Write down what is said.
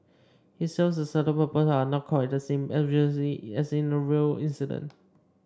it serves a certain purpose are not quite the same obviously as in a real incident